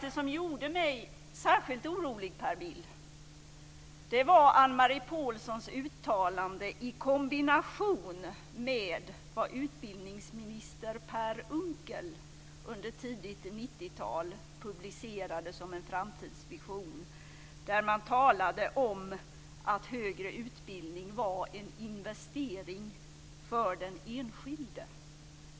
Det som gjorde mig särskilt orolig, Per Bill, var Anne-Marie Pålssons uttalande i kombination med vad utbildningsminister Per Unckel publicerade som en framtidsvision under tidigt 90-tal. Där talades det om att högre utbildning var en investering för den enskilde.